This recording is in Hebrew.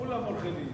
כולם עורכי-דין.